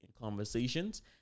conversations